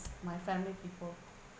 my family people